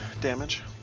damage